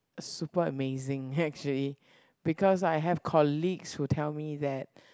super amazing actually because I have colleagues who tell me that